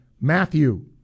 Matthew